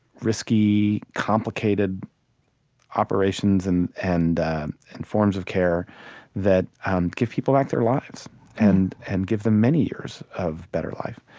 risky, complicated operations and and and forms of care that ah um give people back their lives and and give them many years of better life.